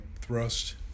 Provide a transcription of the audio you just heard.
thrust